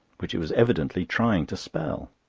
which it was evidently trying to spell.